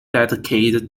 dedicated